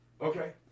Okay